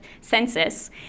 census